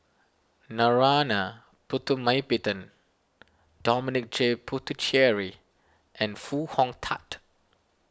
Narana Putumaippittan Dominic J Puthucheary and Foo Hong Tatt